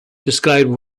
described